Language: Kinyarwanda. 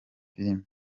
filime